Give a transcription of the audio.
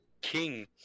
king